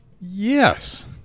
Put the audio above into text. Yes